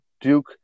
Duke